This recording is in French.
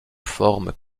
forme